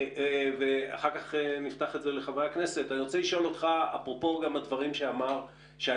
אפרופו מה שאמר שי